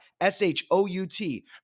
S-H-O-U-T